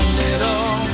little